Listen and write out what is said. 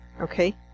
Okay